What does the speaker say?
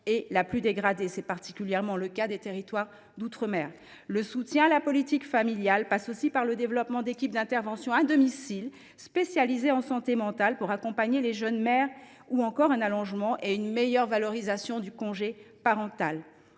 s’est le plus dégradée ; c’est particulièrement le cas des territoires d’outre mer. Le soutien à la politique familiale passe aussi par le développement d’équipes d’intervention à domicile spécialisées en santé mentale, afin d’accompagner les jeunes mères ou encore par l’allongement et la meilleure valorisation du congé parental.